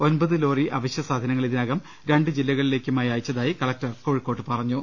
ഒമ്പത് ലോറി അവശ്യസാധനങ്ങൾ ഇതിനകം ര ണ്ടു ജില്ലകളിലേക്കുമായി അയച്ചതായി കലക്ടർ കോഴിക്കോട്ട് പറഞ്ഞു